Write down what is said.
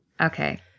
Okay